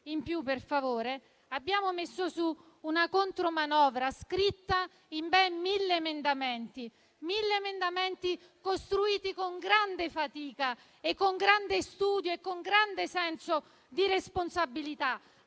in più, per favore - abbiamo messo su una contromanovra scritta in ben 1.000 emendamenti, costruiti con grande fatica, con grande studio e con grande senso di responsabilità,